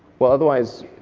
well, otherwise,